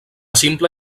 simple